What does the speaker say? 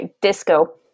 Disco